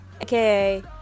aka